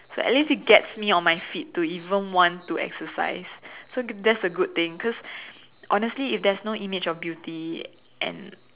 so at least it gets me on my feet to even want to exercise so good that's a good thing cause honestly if there's no image of beauty and